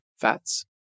fats